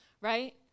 right